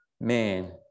man